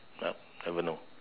well never know